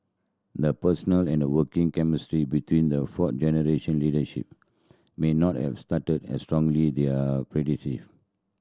the personal and working chemistry between the fourth generation leader may not have started as strongly their